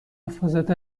حفاظت